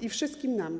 i wszystkim nam.